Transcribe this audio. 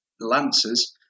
Lancers